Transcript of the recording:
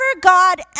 God